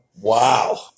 Wow